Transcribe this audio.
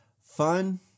fun